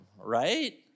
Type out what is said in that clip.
right